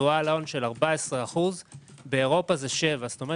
תשואה על ההון של 14%. באירופה זה 7. כלומר